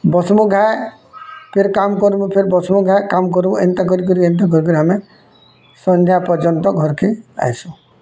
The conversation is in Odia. ବସ୍ମୁ କାଁ କେ କାମ୍ କରିବୁ ଫିର୍ ବସ୍ମୁ କାଁ କାମ କରିବୁ ଏନ୍ତା କରି କରି ଏନ୍ତା କରି କରି ଆମେ ସନ୍ଧ୍ୟା ପର୍ଯ୍ୟନ୍ତ ଘରକେ ଆଇସୁଁ